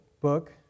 book